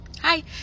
Hi